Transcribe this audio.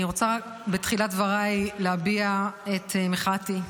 בתחילת דבריי אני רוצה להביע את מחאתי,